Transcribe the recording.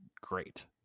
great